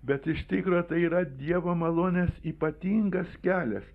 bet iš tikro tai yra dievo malonės ypatingas kelias